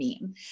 meme